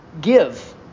give